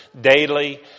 daily